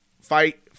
fight